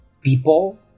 people